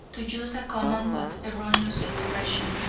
to use a common but erroneous expression.